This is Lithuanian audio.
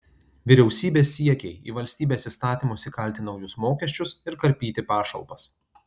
vyriausybės siekiai į valstybės įstatymus įkalti naujus mokesčius ir karpyti pašalpas